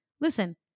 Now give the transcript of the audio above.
Listen